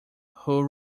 who